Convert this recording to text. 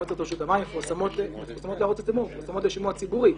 מועצת רשות המים מפורסמות לשימוע ציבורי.